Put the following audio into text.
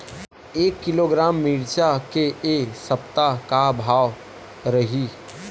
एक किलोग्राम मिरचा के ए सप्ता का भाव रहि?